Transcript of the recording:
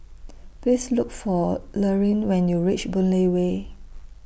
Please Look For Lurline when YOU REACH Boon Lay Way